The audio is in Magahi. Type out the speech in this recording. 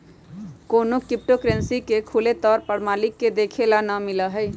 कौनो क्रिप्टो करन्सी के खुले तौर पर मालिक के देखे ला ना मिला हई